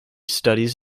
studies